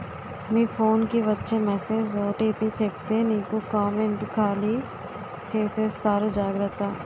మీ phone కి వచ్చే message OTP చెప్పితే నీకే కామెంటు ఖాళీ చేసేస్తారు జాగ్రత్త